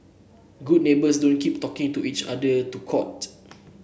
good neighbours don't keep taking to each other to court